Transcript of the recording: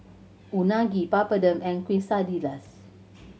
Unagi Papadum and Quesadillas